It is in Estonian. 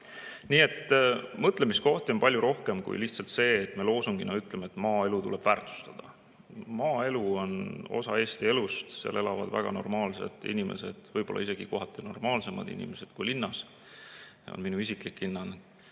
et mõtlemiskohti on palju rohkem kui lihtsalt see, et me loosungina ütleme, et maaelu tuleb väärtustada. Maaelu on osa Eesti elust. Maal elavad väga normaalsed inimesed, võib-olla isegi kohati normaalsemad inimesed kui linnas, on minu isiklik hinnang.